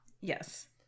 Yes